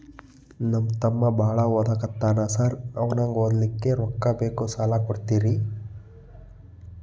ನಮ್ಮ ತಮ್ಮ ಬಾಳ ಓದಾಕತ್ತನ ಸಾರ್ ಅವಂಗ ಓದ್ಲಿಕ್ಕೆ ರೊಕ್ಕ ಬೇಕು ಸಾಲ ಕೊಡ್ತೇರಿ?